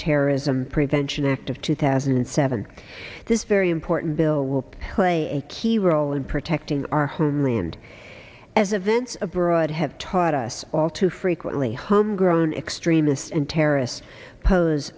terrorism prevention act of two thousand and seven this very important bill will weigh a key role in protecting our homeland as events abroad have taught us all too frequently home grown extremists and terrorists pose